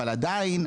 אבל עדיין,